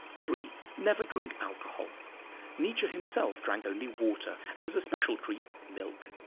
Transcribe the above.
three. never drink alcohol nietzsche himself drank only water and as a special treat, milk.